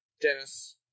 Dennis